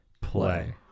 play